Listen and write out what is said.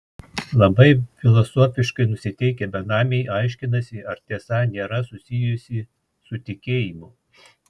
labai filosofiškai nusiteikę benamiai aiškinasi ar tiesa nėra susijusi su tikėjimu